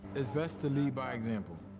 it's best to lead by example.